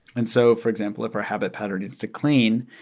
and so, for example, if our habit pattern is to clean,